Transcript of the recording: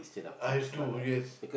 I too yes